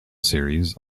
series